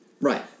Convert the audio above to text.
Right